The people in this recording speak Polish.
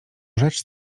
rzecz